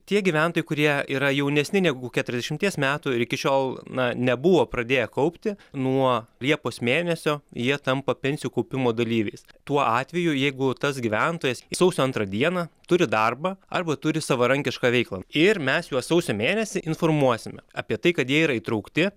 tie gyventojai kurie yra jaunesni negu keturiasdešimties metų ir iki šiol na nebuvo pradėję kaupti nuo liepos mėnesio jie tampa pensijų kaupimo dalyviais tuo atveju jeigu tas gyventojas sausio antrą dieną turi darbą arba turi savarankišką veiklą ir mes juos sausio mėnesį informuosime apie tai kad jie yra įtraukti